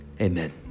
Amen